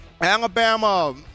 Alabama